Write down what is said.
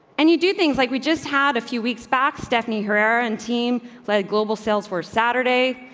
and you do things like we just had a few weeks back. stephanie herrera and team led global sales were saturday.